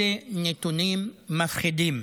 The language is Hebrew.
אלה נתונים מפחידים,